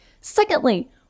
Secondly